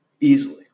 easily